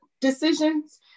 decisions